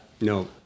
no